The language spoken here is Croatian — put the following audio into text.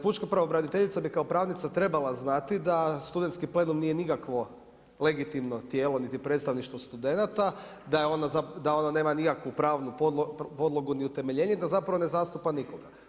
Pučka pravobraniteljica bi kao pravnica trebala znati da studentski plenum nije nikakvo legitimno tijelo niti predstavništvo studenata, da ono nema nikakvu pravnu podlogu niti utemeljenje, da zapravo ne zastupa nikoga.